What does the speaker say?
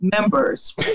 members